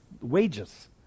wages